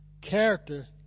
Character